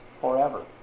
forever